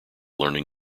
learning